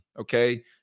okay